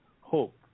hope